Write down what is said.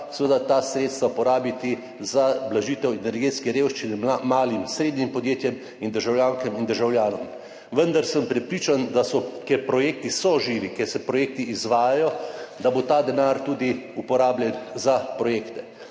seveda ta sredstva porabiti za blažitev energetske revščine malim, srednjim podjetjem in državljankam in državljanom. Vendar sem prepričan, ker projekti so živi, ker projekti se izvajajo, da bo ta denar tudi uporabljen za projekte.